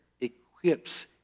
equips